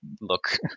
look